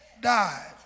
died